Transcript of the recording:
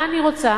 מה אני רוצה?